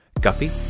Guppy